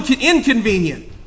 inconvenient